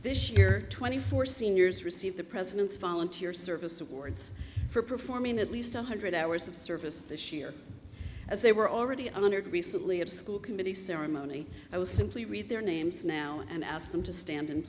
this year twenty four seniors received the president's volunteer service awards for performing at least one hundred hours of service this year as they were already under the recently of school committee ceremony i will simply read their names now and ask them to stand in